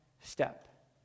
step